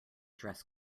dress